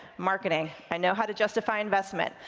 marketing, i know how to justify investment,